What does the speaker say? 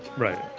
right,